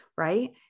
right